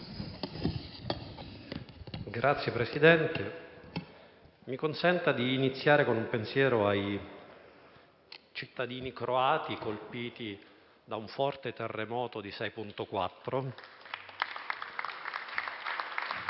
Signor Presidente, mi consenta di iniziare con un pensiero ai cittadini croati colpiti da un forte terremoto di